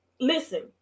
listen